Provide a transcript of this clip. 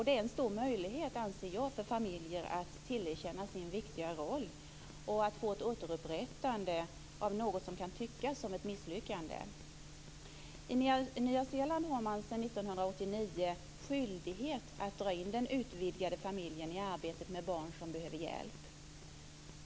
Det är en stor möjlighet för familjer, anser jag, att tillerkännas sin viktiga roll och få ett återupprättande av något som kan tyckas som ett misslyckande. I Nya Zeeland har man sedan 1989 skyldighet att dra in den utvidgade familjen i arbetet med barn som behöver hjälp.